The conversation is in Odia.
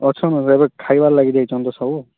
ଅଛନ୍ ଏଭେ ଖାଇବା ଲାଗି ଯାଇଛନ୍ତି ତ ସବୁ